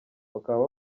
bakaba